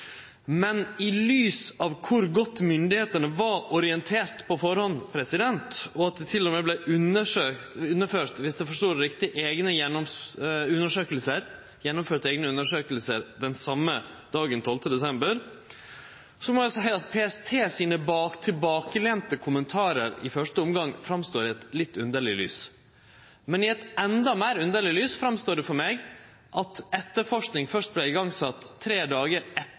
Men i lys av kor godt myndigheitene var orienterte på førehand, og at det til og med vart gjennomført – viss eg forstod det riktig – eigne undersøkingar den same dagen, den 12. desember, må eg seie at dei tilbakelente kommentarane frå PST i første omgang står fram i eit litt underleg lys. Men i eit endå meir underleg lys står det fram for meg at etterforsking først vart sett i gang tre dagar etter